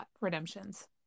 Redemptions